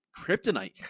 kryptonite